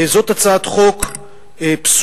זאת הצעת חוק פסולה,